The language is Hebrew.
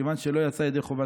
"וכיוון שלא יצא הקורא ידי חובתו,